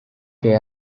que